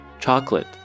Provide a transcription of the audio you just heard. chocolate